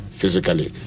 physically